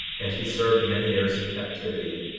and he served many years in captivity,